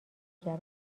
هستیم